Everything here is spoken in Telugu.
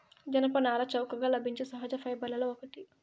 జనపనార చౌకగా లభించే సహజ ఫైబర్లలో ఒకటి